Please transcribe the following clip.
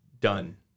done